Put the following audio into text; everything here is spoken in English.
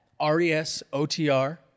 RESOTR